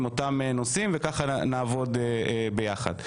עם אותם נושאים וככה נעבוד ביחד.